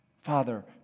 Father